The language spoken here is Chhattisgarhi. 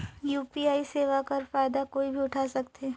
यू.पी.आई सेवा कर फायदा कोई भी उठा सकथे?